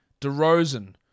DeRozan